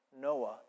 Noah